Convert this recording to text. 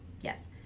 yes